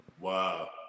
Wow